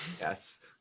Yes